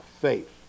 faith